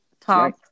top